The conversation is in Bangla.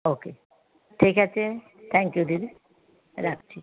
ওকে ঠিক আছে থ্যাংক ইউ দিদি রাখছি